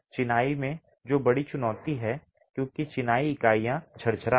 चिनाई में जो बड़ी चुनौती है क्योंकि चिनाई इकाइयां झरझरा हैं